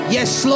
Yes